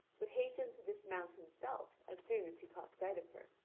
but hastened to dismount himself as soon as he caught sight of her.